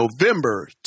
November